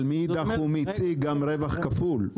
אבל מאידך הוא מציג גם רווח כפול.